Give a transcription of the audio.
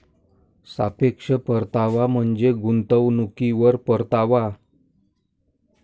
सापेक्ष परतावा म्हणजे गुंतवणुकीवर परतावा